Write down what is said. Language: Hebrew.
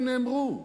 הם נאמרו,